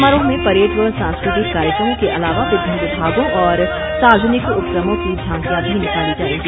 समारोह में परेड व सांस्कृतिक कार्यक्रमों के अलावा विभिन्न विभागों और सार्यजनिक उपक्रमों की झांकियां भी निकाली जाएगी